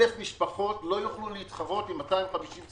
אלף משפחות לא יוכלו להתחרות עם 250 סינים,